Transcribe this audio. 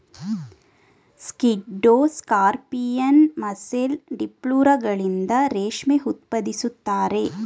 ಸ್ಕಿಡ್ಡೋ scorpion, mussel, ಡಿಪ್ಲುರಗಳಿಂದ ರೇಷ್ಮೆ ಉತ್ಪಾದಿಸುತ್ತಾರೆ